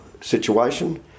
situation